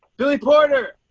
billy porter!